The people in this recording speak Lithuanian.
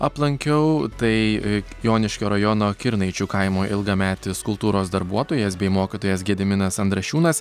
aplankiau tai joniškio rajono kirnaičių kaimo ilgametis kultūros darbuotojas bei mokytojas gediminas andrašiūnas